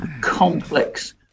complex